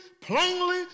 plainly